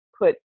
put